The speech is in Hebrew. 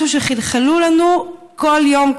זה משהו שחלחל לנו כל יום,